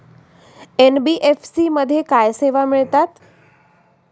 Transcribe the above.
NBFC मध्ये काय सेवा मिळतात?